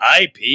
IP